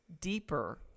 deeper